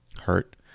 hurt